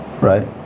right